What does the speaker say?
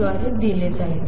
द्वारे दिला जाईल